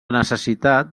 necessitat